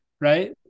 right